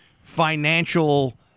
financial